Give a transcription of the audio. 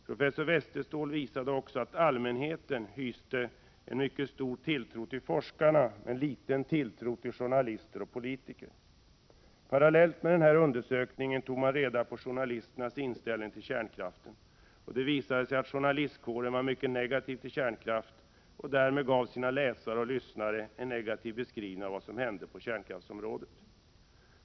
Professor Westerståhl visade också att allmänheten hyste en mycket stor tilltro till forskarna men liten tilltro till journalister och politiker. Parallellt med denna undersökning tog man reda på journalisternas inställning till kärnkraften, och det visade sig att journalistkåren var mycket negativ till kärnkraft och därmed gav sina läsare och lyssnare en negativ beskrivning av det som hände på kärnkraftsområdet.